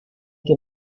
que